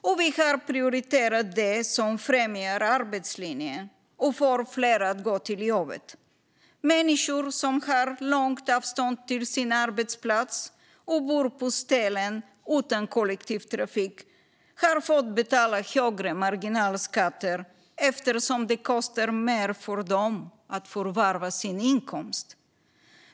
Och vi har prioriterat det som främjar arbetslinjen och får fler att gå till jobbet. Människor som har långt avstånd till sin arbetsplats och bor på ställen utan kollektivtrafik har fått betala högre marginalskatter eftersom det kostar mer för dem att förvärva sin inkomst.